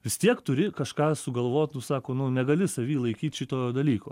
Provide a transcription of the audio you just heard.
vis tiek turi kažką sugalvot nu sako nu negali savy laikyt šito dalyko